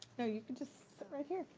you know you can just sit right here,